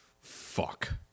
fuck